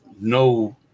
no